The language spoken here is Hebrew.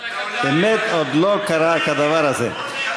בגלל שלא נסגרה עדיין רשימת הדוברים, כן.